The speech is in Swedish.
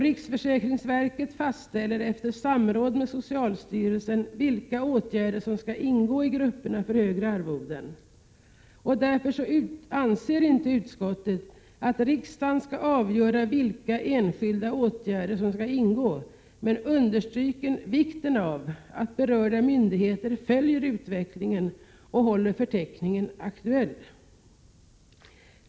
Riksförsäkringsverket fastställer efter samråd med socialstyrelsen vilka åtgärder som skall ingå i grupperna för högre arvoden. Därför anser inte utskottet att riksdagen skall avgöra vilka enskilda åtgärder som skall ingå, men understryker vikten av att berörda myndigheter följer utvecklingen och håller förteckningen aktuell.